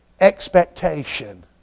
expectation